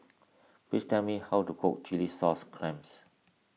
please tell me how to cook Chilli Sauce Clams